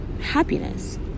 happiness